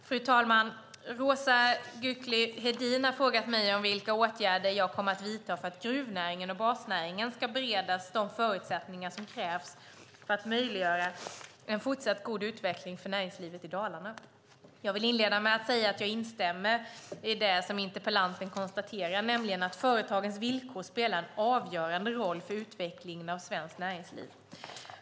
Fru talman! Roza Güclü Hedin har frågat mig vilka åtgärder jag kommer att vidta för att gruvnäringen och basnäringen ska beredas de förutsättningar som krävs för att möjliggöra en fortsatt god utveckling för näringslivet i Dalarna. Jag vill inleda med att säga att jag instämmer i det som interpellanten konstaterar, nämligen att företagens villkor spelar en avgörande roll för utvecklingen av svenskt näringsliv.